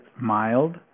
mild